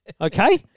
okay